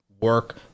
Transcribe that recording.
work